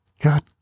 God